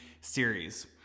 series